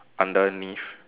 underneath